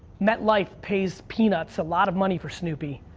metlife pays peanuts a lot of money for snoopy.